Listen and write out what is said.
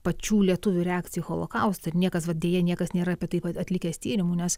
pačių lietuvių reakcija į holokaustą ir niekas deja niekas nėra apie tai atlikęs tyrimų nes